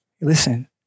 Listen